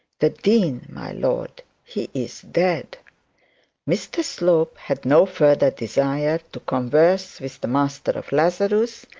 the dean, my lord he is dead mr slope had no further desire to converse with the master of lazarus,